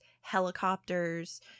helicopters